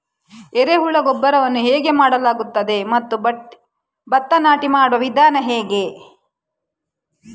ಎರೆಹುಳು ಗೊಬ್ಬರವನ್ನು ಹೇಗೆ ಮಾಡಲಾಗುತ್ತದೆ ಮತ್ತು ಭತ್ತ ನಾಟಿ ಮಾಡುವ ವಿಧಾನ ಹೇಗೆ?